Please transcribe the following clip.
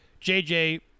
jj